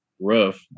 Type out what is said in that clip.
rough